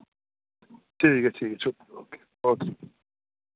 ठीक ऐ ठीक ऐ शु ओके ओके